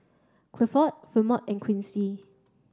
Clifford Fremont and Quincy